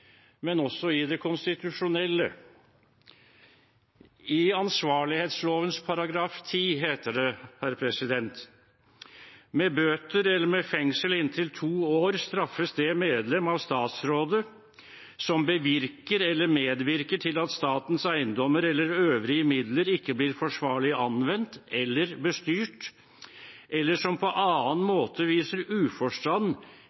men også i det konstitusjonelle. I ansvarlighetsloven § 10 heter det: «Med bøter eller med fengsel inntil 2 år straffes det medlem av Statsrådet som bevirker eller medvirker til at statens eiendommer eller øvrige midler ikke blir forsvarlig anvendt, eller bestyrt, eller som på annen